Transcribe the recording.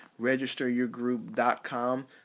registeryourgroup.com